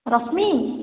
ରଶ୍ମି